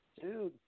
Dude